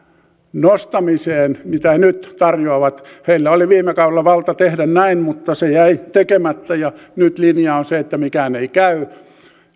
nostamiseen mitä nyt tarjoavat heillä oli viime kaudella valta tehdä näin mutta se jäi tekemättä ja nyt linja on se että mikään ei käy